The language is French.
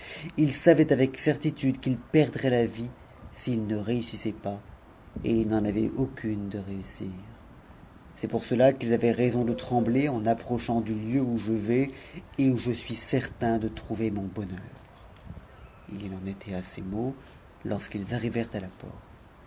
ils saj avec certitude qu'ils perdraient la vie s'ils ne réussissaient pas et i s n'f avaient aucune de réussir c'est pour cela qu'ils avaient raison de wn er en approchant du lieu où je vais et où je suis certain de trouver bonheur o i en était à ces mots lorsqu'ils arrivèrent à la porte